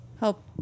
help